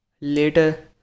Later